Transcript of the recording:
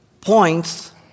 points